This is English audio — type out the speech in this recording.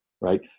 right